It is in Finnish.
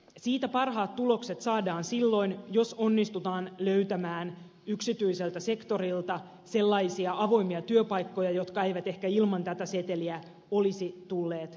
siitä parhaat tulokset saadaan silloin jos onnistutaan löytämään yksityiseltä sektorilta sellaisia avoimia työpaikkoja jotka ehkä eivät ilman tätä seteliä olisi tulleet avoimiksi